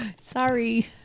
Sorry